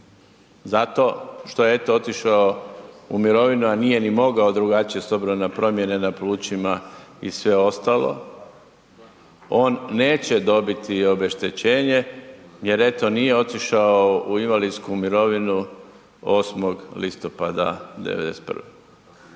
zato što je eto otišao u mirovinu, a nije ni mogao drugačije s obzirom na promjene na plućima i sve ostalo, on neće dobiti obeštećenje jer eto nije otišao u invalidsku mirovinu 8. listopada '91.